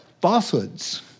falsehoods